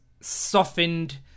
softened